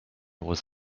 was